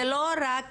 זה לא רק